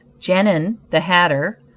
genin, the hatter,